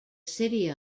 city